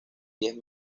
diez